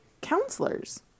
counselors